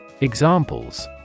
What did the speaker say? Examples